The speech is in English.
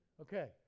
Okay